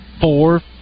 four